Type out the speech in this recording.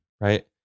Right